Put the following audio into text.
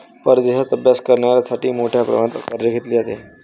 परदेशात अभ्यास करण्यासाठी मोठ्या प्रमाणात कर्ज घेतले जाते